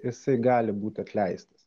jisai gali būti atleistas